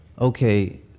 okay